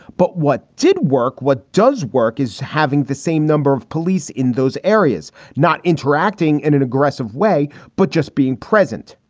but what did work? work? what does work is having the same number of police in those areas not interacting in an aggressive way, but just being present.